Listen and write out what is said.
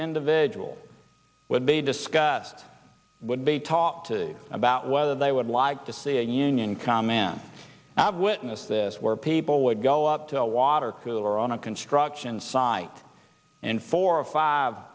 individual would be discussed would be talked to about whether they would like to see a union come in and i've witnessed this where people would go up to a water cooler on a construction site in four or five